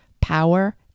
power